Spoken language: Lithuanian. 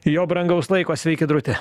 jo brangaus laiko sveiki drūti